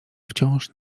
wciąż